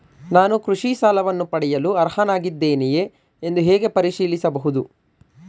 ನಾನು ಕೃಷಿ ಸಾಲವನ್ನು ಪಡೆಯಲು ಅರ್ಹನಾಗಿದ್ದೇನೆಯೇ ಎಂದು ಹೇಗೆ ಪರಿಶೀಲಿಸಬಹುದು?